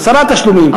עשרה תשלומים,